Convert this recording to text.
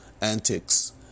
Antics